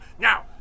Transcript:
Now